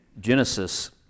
Genesis